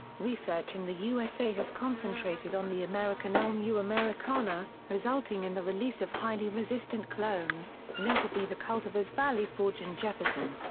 research in the usa has concentrated on the american elm u. americana, resulting in the release of highly resistant clones, notably the cultivars valley forge and jefferson.